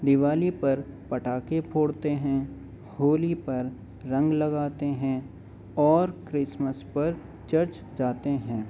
دیوالی پر پٹاخے پھوڑتے ہیں ہولی پر رنگ لگاتے ہیں اور کرسمس پر چرچ جاتے ہیں